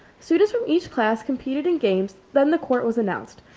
students from each class competed in games then the court was announced.